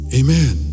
amen